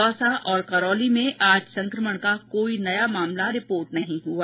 दौसा और करौली में आज संक्रमण का कोई नया मामला रिकॉर्ड नहीं हुआ